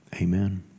Amen